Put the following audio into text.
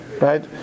right